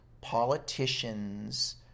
Politicians